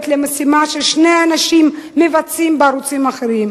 למשימה ששני אנשים מבצעים בערוצים אחרים.